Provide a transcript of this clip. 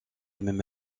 même